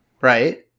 Right